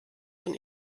von